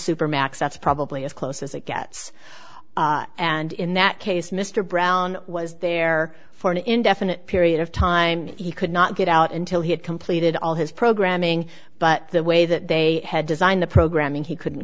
supermax that's probably as close as it gets and in that case mr brown was there for an indefinite period of time he could not get out until he had completed all his programming but the way that they had designed the programming he couldn't